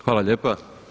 Hvala lijepa.